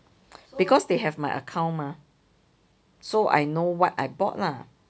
because they have my account mah so I know what I bought lah